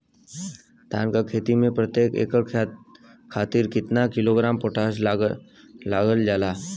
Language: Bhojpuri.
धान क खेती में प्रत्येक एकड़ खातिर कितना किलोग्राम पोटाश डालल जाला?